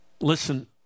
listen